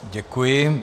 Děkuji.